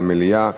למליאה.